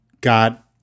got